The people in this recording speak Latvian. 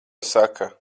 saka